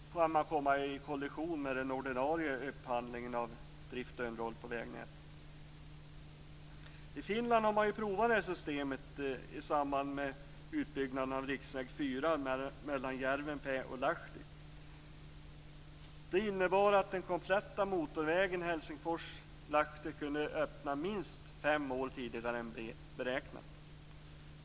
Då kan man komma i kollision med den ordinarie upphandlingen av drift och underhåll på vägnätet. I Finland har man ju provat det här systemet i samband med utbyggnaden av Riksväg 4 mellan Järvenpää och Lahti. Det innebar att den kompletta motorvägen Helsingfors-Lahti kunde öppnas minst fem år tidigare än beräknat.